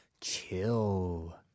Chill